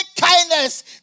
kindness